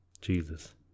Jesus